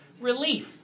Relief